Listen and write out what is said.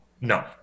No